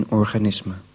organisme